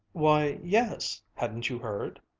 why, yes hadn't you heard?